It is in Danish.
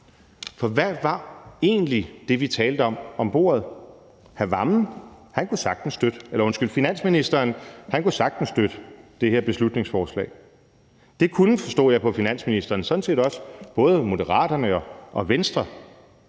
For hvad var det egentlig, vi talte om omkring bordet? Finansministeren kunne sagtens støtte det her beslutningsforslag, og det kunne – forstod jeg på finansministeren – både Moderaterne og Venstre